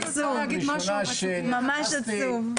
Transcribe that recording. ממש עצוב.